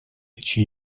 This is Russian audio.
чьи